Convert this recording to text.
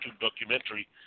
documentary